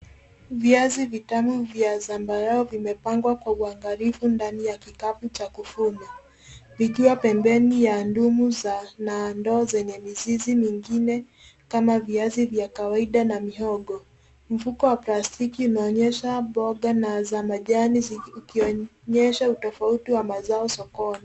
Viazi vitamu vya zambarau vimepangwa kwa uangalifu ndani ya kikapu cha kuvuna. Vikiwa pembeni ndoo zenye mizizi mengine kama viazi vya kawaida na mihogo. Mfuko wa plastiki unaonyesha boga za majani zikionyesha utofauti wa mazao sokoni.